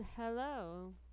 Hello